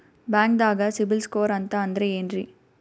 ಬ್ಯಾಂಕ್ದಾಗ ಸಿಬಿಲ್ ಸ್ಕೋರ್ ಅಂತ ಅಂದ್ರೆ ಏನ್ರೀ?